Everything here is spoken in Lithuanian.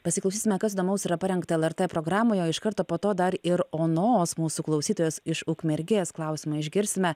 pasiklausysime kas įdomaus yra parengta lrt programoje o iš karto po to dar ir onos mūsų klausytojos iš ukmergės klausimą išgirsime